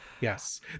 Yes